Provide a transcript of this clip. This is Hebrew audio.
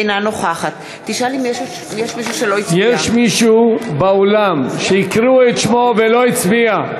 אינה נוכחת יש מישהו באולם שהקריאו את שמו ולא הצביע?